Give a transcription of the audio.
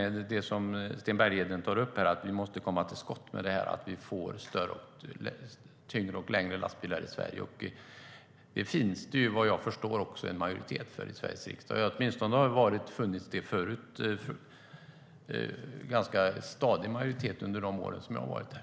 Det som Sten Bergheden tar upp är att vi måste komma till skott så att vi får tyngre och längre lastbilar i Sverige. Det finns som jag förstår det också en majoritet för det i Sveriges riksdag. Det har åtminstone funnits en ganska stadig majoritet för det under de år som jag har varit här.